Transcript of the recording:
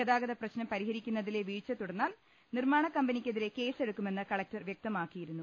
ഗതാ ഗത പ്രശ്നം പരിഹരിക്കുന്നതിലെ വീഴ്ച്ച തുടർന്നാൽ നിർമ്മാണ കമ്പനിക്കെതിരെ കേസെടുക്കാമെന്ന് കലക്ടർ വ്യക്തമാക്കിയി രുന്നു